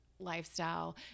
lifestyle